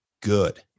good